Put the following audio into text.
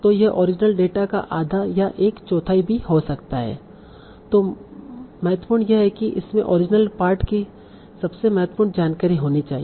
तो यह original data का आधा या एक चौथाई भी हो सकता है तों महत्वपूर्ण यह है की इसमें ओरिजिनल पाठ की सबसे महत्वपूर्ण जानकारी होनी चाहिए